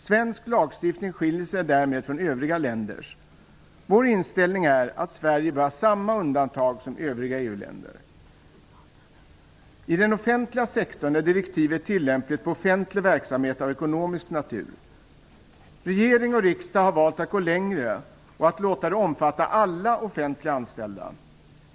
Svensk lagstiftning skiljer sig därmed från övriga länders. Vår inställning är att Sverige bör ha samma undantag som övriga EU-länder. I den offentliga sektorn är direktivet tillämpligt på offentlig verksamhet av ekonomisk natur. Regering och riksdag har valt att gå längre och att låta det omfatta alla offentligt anställda.